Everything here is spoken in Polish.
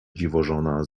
dziwożona